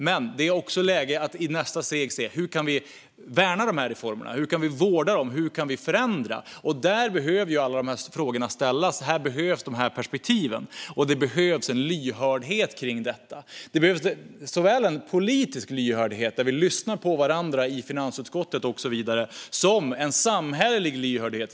Men det är också läge att i nästa steg se hur vi kan värna, vårda och förändra dessa reformer. Då behöver alla dessa frågor ställas. Där behövs perspektiven, och det behövs en lyhördhet. Det behövs såväl en politisk lyhördhet, där vi lyssnar på varandra i finansutskottet och så vidare, som en samhällelig lyhördhet.